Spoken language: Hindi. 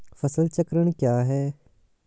फसल चक्रण क्या है?